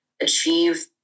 achieve